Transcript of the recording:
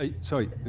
Sorry